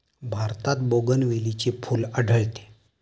भारतात बोगनवेलीचे फूल आढळते